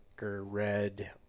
red